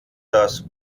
das